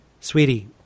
sweetie